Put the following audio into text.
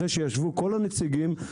אחרי שישבו כל הנציגים.